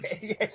Yes